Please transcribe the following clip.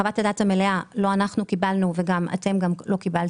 את חוות הדעת המלאה לא אנחנו קיבלנו ולא אתם קיבלתם,